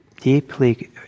deeply